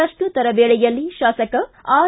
ಪ್ರಶ್ನೋತ್ತರ ವೇಳೆಯಲ್ಲಿ ಶಾಸಕ ಆರ್